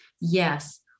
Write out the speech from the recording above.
Yes